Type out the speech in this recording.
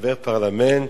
חבר פרלמנט,